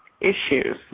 issues